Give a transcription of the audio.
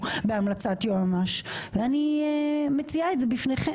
בהמלצת יועמ"ש ואני מציעה את זה בפניכם.